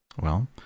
Well